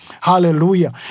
Hallelujah